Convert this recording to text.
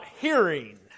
hearing